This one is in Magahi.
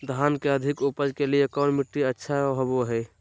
धान के अधिक उपज के लिऐ कौन मट्टी अच्छा होबो है?